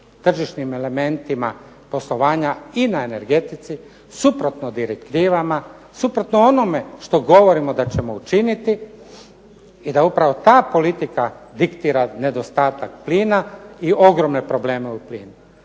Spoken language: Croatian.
tržišnim elementima poslovanja i na energetici, suprotno direktivama, suprotno onome što govorimo da ćemo učiniti i da upravo ta politika diktira nedostatak plina i ogromne probleme u plinu.